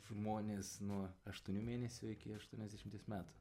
žmones nuo aštuonių mėnesių iki aštuoniasdešimties metų